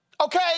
Okay